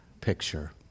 picture